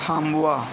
थांबवा